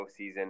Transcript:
postseason